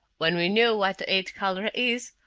when we know what the eighth color is,